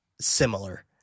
similar